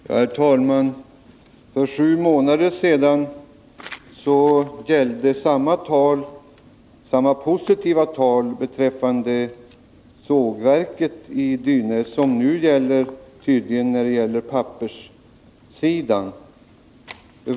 Herr talman! För sju månader sedan gällde samma positiva tal beträffande sågverket i Dynäs som nu gäller papperssidan.